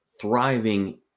thriving